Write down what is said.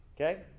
Okay